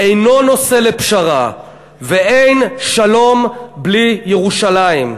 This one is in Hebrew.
"אינה נושא לפשרה ואין שלום בלי ירושלים".